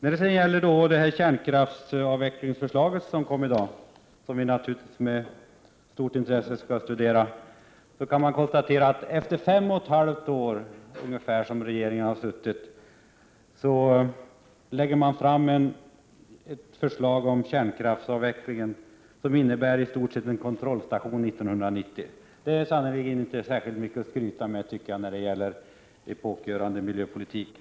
Vad gäller det kärnkraftsavvecklingsförslag som kom i dag och som vi naturligtvis med stort intresse skall studera kan man konstatera att efter de ungefär fem och ett halvt år som regeringen har suttit lägger den fram ett förslag om kärnkraftsavvecklingen som innebär i stort sett en kontrollstation 1990. Det är sannerligen inte mycket att skryta med när det gäller en epokgörande miljöpolitik.